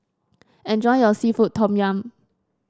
enjoy your seafood Tom Yum